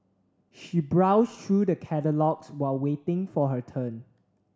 she browsed through the catalogues while waiting for her turn